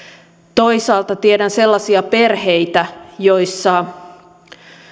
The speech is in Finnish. toisaalta tiedän sellaisia perheitä joissa